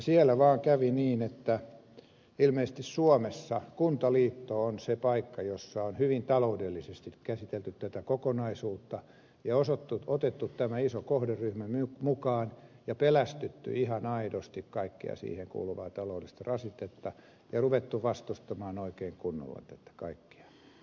siellä vaan kävi niin että ilmeisesti suomessa kuntaliitto on se paikka jossa on hyvin taloudellisesti käsitelty tätä kokonaisuutta ja otettu tämä iso kohderyhmä mukaan ja pelästytty ihan aidosti kaikkea siihen kuuluvaa taloudellista rasitetta ja ruvettu vastustamaan oikein kunnolla tätä kaikkea